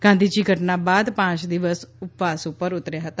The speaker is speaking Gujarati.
ગાંધીજી ઘટના બાદ પાંચ દિવસ ઉપવાસ પર ઉતર્યા હતા